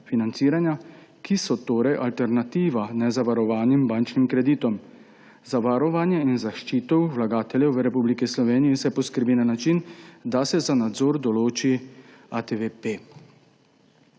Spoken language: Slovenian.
ki so torej alternativa nezavarovanim bančnim kreditom. Za varovanje in zaščito vlagateljev v Republiki Sloveniji se poskrbi na način, da se za nadzor določi ATVP.